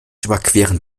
überqueren